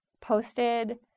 posted